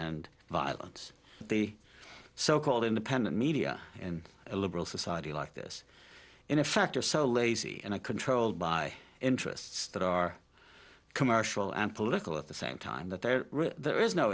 and violence the so called independent media in a liberal society like this in a factor so lazy and i controlled by interests that are commercial and political at the same time that there there is no